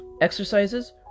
Exercises